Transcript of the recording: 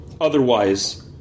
otherwise